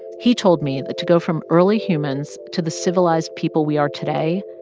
he told me that to go from early humans to the civilized people we are today,